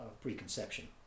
preconception